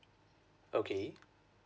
okay